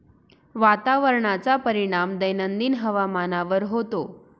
वातावरणाचा परिणाम दैनंदिन हवामानावर होतो